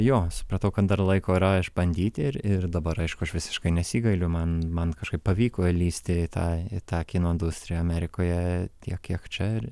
jo supratau kad dar laiko yra išbandyti ir ir dabar aišku aš visiškai nesigailiu man man kažkaip pavyko įlįsti į tą į tą kino industriją amerikoje tiek kiek čia